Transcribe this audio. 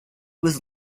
was